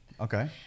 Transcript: Okay